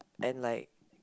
and like